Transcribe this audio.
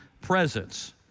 presence